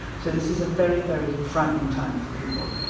so, this is a very, very frightening time for people.